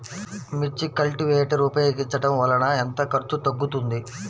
మిర్చి కల్టీవేటర్ ఉపయోగించటం వలన ఎంత ఖర్చు తగ్గుతుంది?